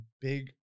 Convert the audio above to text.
big